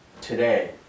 today